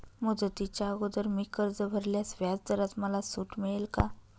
मुदतीच्या अगोदर मी कर्ज भरल्यास व्याजदरात मला सूट मिळेल का?